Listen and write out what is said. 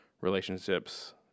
relationships